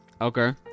Okay